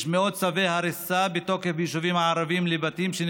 יש מאות צווי הריסה בתוקף לבתים ביישובים